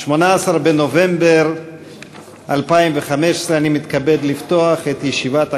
18 בנובמבר 2015. אני מתכבד לפתוח את ישיבת הכנסת.